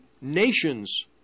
nations